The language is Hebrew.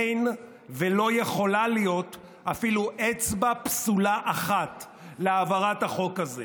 אין ולא יכולה להיות אפילו אצבע פסולה אחת להעברת החוק הזה.